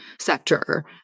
sector